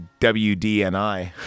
WDNI